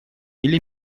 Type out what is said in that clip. или